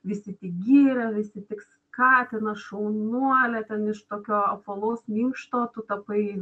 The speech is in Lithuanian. visi tik gyrė visi tik skatino šaunuolė ten iš tokio apvalaus minkšto tu tapai